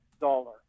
dollar